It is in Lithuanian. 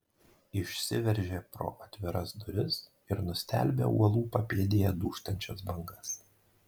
išsiveržė pro atviras duris ir nustelbė uolų papėdėje dūžtančias bangas